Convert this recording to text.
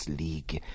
league